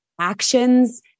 actions